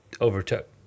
overtook